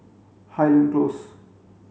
Highland Close